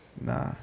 Nah